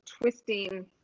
twisting